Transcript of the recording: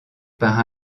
par